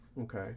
okay